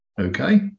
Okay